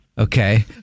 Okay